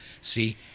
See